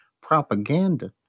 propaganda